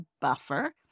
buffer